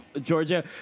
Georgia